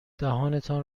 دهانتان